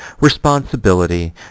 responsibility